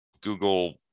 Google